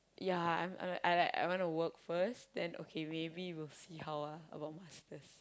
ya I like I wanna work first then okay maybe we'll see how ah about Masters